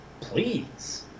Please